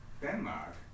Denmark